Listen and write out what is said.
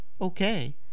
okay